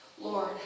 Lord